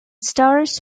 stars